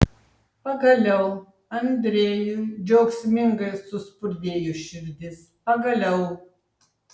pagaliau andrejui džiaugsmingai suspurdėjo širdis pagaliau